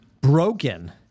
broken